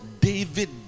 David